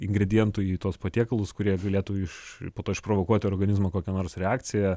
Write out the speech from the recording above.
ingredientų į tuos patiekalus kurie galėtų iš po to išprovokuoti organizmo kokią nors reakciją